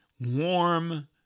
warm